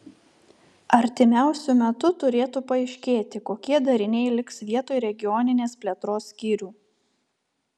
artimiausiu metu turėtų paaiškėti kokie dariniai liks vietoj regioninės plėtros skyrių